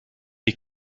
des